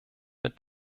mit